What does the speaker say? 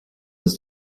ist